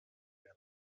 wir